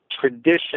tradition